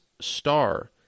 star